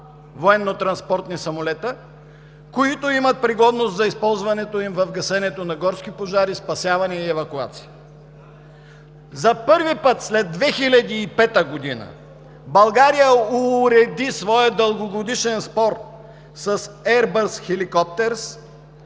военнотранспортни самолета, които имат пригодност за използването им в гасенето на горски пожари, спасяване и евакуация. За първи път след 2005 г. България уреди своя дългогодишен спор с „Еърбъс